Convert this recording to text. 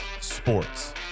Sports